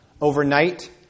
overnight